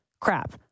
crap